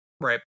Right